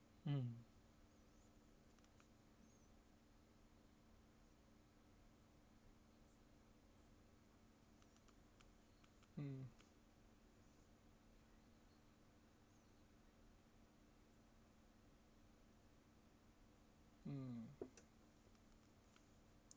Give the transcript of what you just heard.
mm mm mm